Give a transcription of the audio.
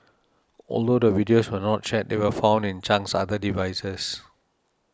although the videos were not shared they were found in Chang's other devices